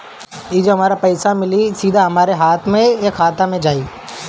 ई जो पइसा मिली सीधा हमरा हाथ में मिली कि खाता में जाई?